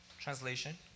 translation